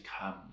come